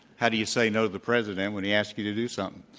how do you say no to the president when he asks you to do something?